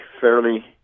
fairly